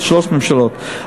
שלוש ממשלות.